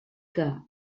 que